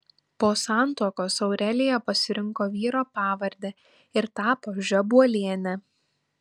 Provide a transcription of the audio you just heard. po santuokos aurelija pasirinko vyro pavardę ir tapo žebuoliene